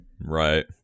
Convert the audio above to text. Right